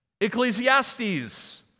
Ecclesiastes